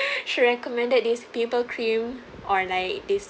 she recommended this pimple cream or like this